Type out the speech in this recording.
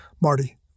Marty